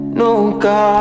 nunca